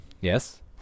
Yes